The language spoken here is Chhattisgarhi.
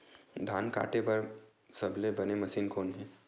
धान काटे बार सबले बने मशीन कोन हे?